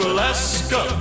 Alaska